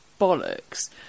bollocks